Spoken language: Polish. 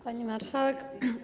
Pani Marszałek!